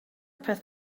peth